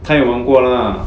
他有玩过的 lah